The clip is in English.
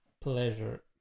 pleasure